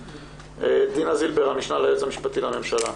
דינה זילבר, המשנה ליועץ המשפטי לממשלה.